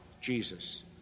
Jesus